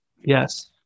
yes